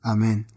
Amen